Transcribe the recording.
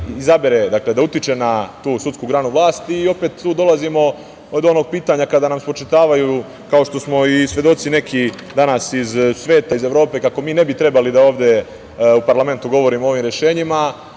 da utiče na tu sudsku granu vlasti. Opet, tu dolazimo do onog pitanja kada nam spočitavaju, kao što smo svedoci nekih danas iz sveta, iz Evrope, kako mi ne bi trebali ovde u parlamentu govorimo o ovim rešenjima,